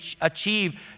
achieve